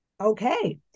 Okay